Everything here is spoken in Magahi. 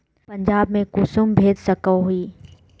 पंजाब में कुंसम भेज सकोही?